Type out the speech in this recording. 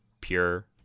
pure